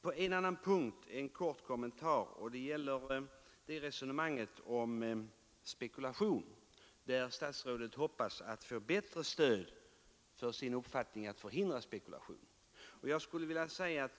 På en annan punkt en kort kommentar — det gäller resonemanget om spekulation, där statsrådet hoppas få bättre stöd för sin uppfattning att spekulation skall förhindras.